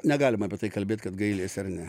negalima apie tai kalbėt kad gailiesi ar ne